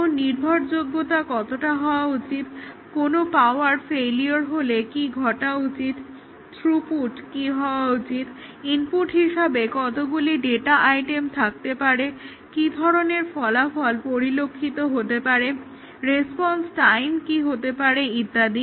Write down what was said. যেমন নির্ভরযোগ্যতা কতটা হওয়া উচিত কোনো পাওয়ার ফেইলিওর হলে কি ঘটা উচিত থ্রু পুট কি হওয়া উচিত ইনপুট হিসেবে কতগুলি ডাটা আইটেম থাকতে পারে কি ধরনের ফলাফল পরিলক্ষিত হতে পারে রেসপন্স টাইম কি হতে পারে ইত্যাদি